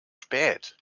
spät